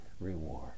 reward